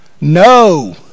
No